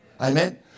Amen